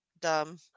dumb